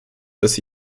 this